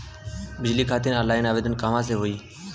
बिजली खातिर ऑनलाइन आवेदन कहवा से होयी?